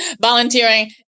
Volunteering